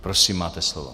Prosím, máte slovo.